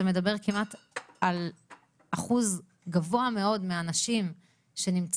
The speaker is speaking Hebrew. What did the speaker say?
זה מדבר כמעט על אחוז גבוה מאוד מהנשים שנמצאות